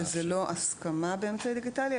שזה לא הסכמה באמצעי דיגיטלי,